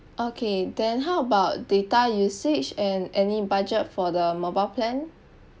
okay then how about data usage and any budget for the mobile plan